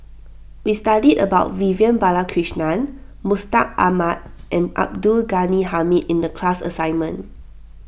we studied about Vivian Balakrishnan Mustaq Ahmad and Abdul Ghani Hamid in the class assignment